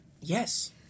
Yes